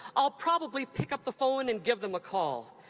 i'll probably pick up the phone and give them a call.